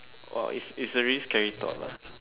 or is is a really scary thought lah